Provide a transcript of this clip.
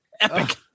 Epic